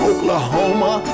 Oklahoma